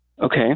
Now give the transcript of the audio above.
Okay